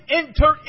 enter